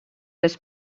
les